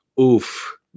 oof